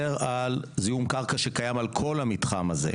על זיהום קרקע שקיים על כל המתחם הזה.